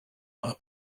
are